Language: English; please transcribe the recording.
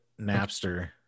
Napster